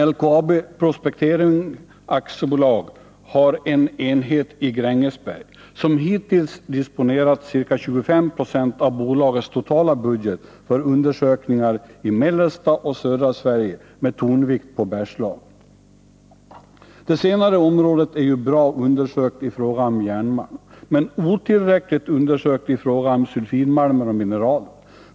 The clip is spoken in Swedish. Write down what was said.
LKAB Prospektering AB har en enhet i Grängesberg som hittills disponerat ca 25 9o av bolagets totala budget för undersökningar i mellersta och södra Sverige, med tonvikt på Bergslagen. Det senare området är ju bra undersökt i fråga om järnmalm, men otillräckligt undersökt i fråga om sulfidmalmer och mineraler.